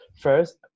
first